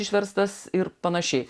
išverstas ir panašiai